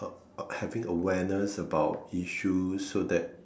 uh having awareness about issues so that